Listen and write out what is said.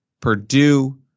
Purdue